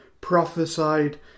prophesied